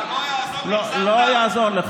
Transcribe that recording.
אה, לא יעזור.